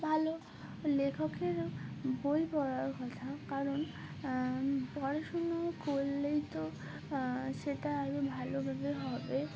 ভালো লেখকেরও বই পড়ার কথা কারণ পড়াশুনো করলেই তো সেটা আরও ভালোভাবে হবে